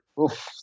Oof